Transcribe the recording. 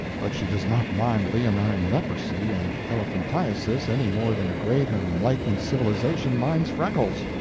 but she does not mind leonine leprosy and elephantiasis any more than a great and enlightened civilisation minds freckles.